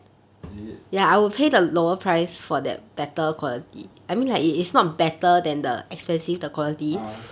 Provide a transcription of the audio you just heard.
is it